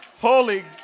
holy